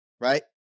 right